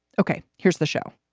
ok, here's the show